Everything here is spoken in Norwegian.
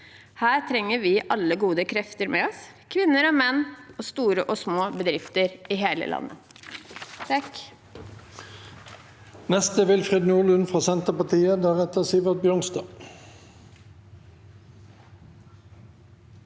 Her trenger vi alle gode krefter med oss, kvinner og menn og store og små bedrifter, i hele landet.